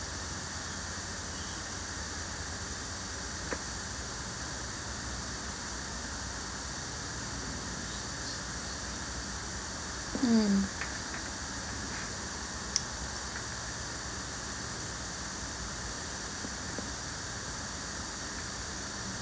mm